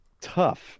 tough